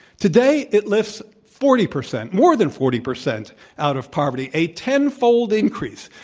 today, it lifts forty percent, more than forty percent out of poverty, a ten fold increase.